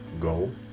go